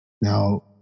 Now